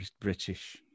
British